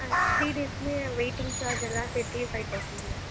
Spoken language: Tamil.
ஆ த்ரீ டேஸுக்குமே வெயிட்டிங் சார்ஜ் எல்லாம் சேர்த்தே ஃபைவ் தவுசண்ட் தானா